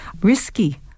risky